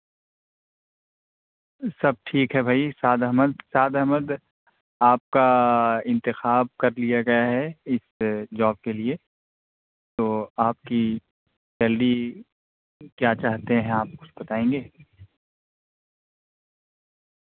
سب ٹھیک ہے بھائی صاد احمد صاد احمد آپ کا انتخاب کر لیا گیا ہے اس جاب کے لیے تو آپ کی سیلری کیا چاہتے ہیں آپ کچھ بتائیں گے